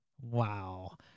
wow